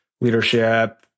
leadership